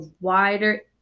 wider